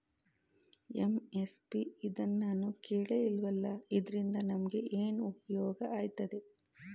MSP ಇದ್ನನಾನು ಕೇಳೆ ಇಲ್ವಲ್ಲ? ಇದ್ರಿಂದ ನಮ್ಗೆ ಏನ್ಉಪ್ಯೋಗ ಆಯ್ತದೆ?